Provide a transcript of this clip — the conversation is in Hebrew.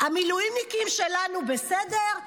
המילואימניקים שלנו בסדר?